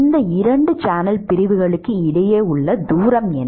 இந்த 2 சேனல் பிரிவுகளுக்கு இடையே உள்ள தூரம் என்ன